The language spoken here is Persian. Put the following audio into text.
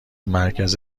مرکز